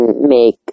make